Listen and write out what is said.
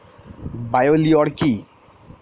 Bio লিওর কি?